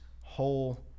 whole